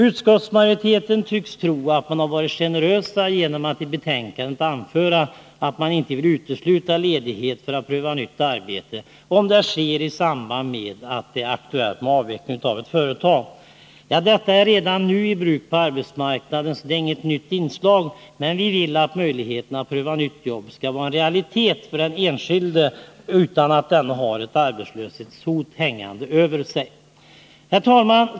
Utskottsmajoriteten tycks tro att den har varit generös genom att i betänkandet anföra att man inte vill utesluta ledighet för att pröva nytt arbete, om det sker i samband med att det är aktuellt med en avveckling av ett företag. Detta är redan nu i bruk på arbetsmarknaden, så det är inget nytt inslag. Men vi vill att möjligheten att pröva ett nytt jobb skall vara en realitet för den enskilde utan att denne har ett arbetslöshetshot hängande över sig. Herr talman!